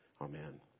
Amen